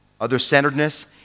Other-centeredness